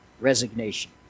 resignation